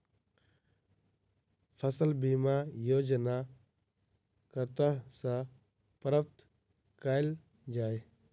फसल बीमा योजना कतह सऽ प्राप्त कैल जाए?